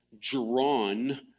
drawn